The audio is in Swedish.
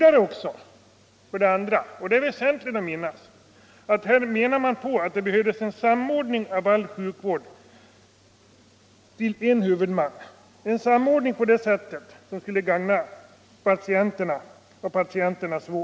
För det andra — och det är väsentligt att hålla i minnet — behövs det en samordning av sjukvården till en huvudman, en samordning på ett sätt som skulle gagna vården av patienterna.